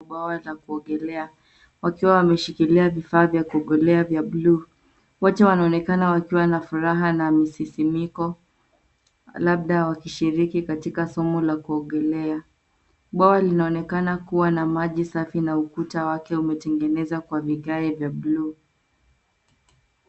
Bwawa la kuogelea wakiwa wameshikilia vifaa vya kuogelea vya bluu. Wote wanaonekana wakiwa na furaha na misisimiko labda wakishiriki katika somo la kuogelea. Bwawa linaonekana kuwa na maji safi na ukuta wake umetengenezwa kwa vigae vya bluu.